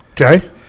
Okay